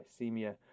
hypoglycemia